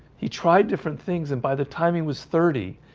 he tried different things and by the time he was thirty,